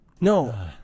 no